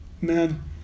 man